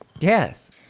Yes